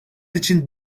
için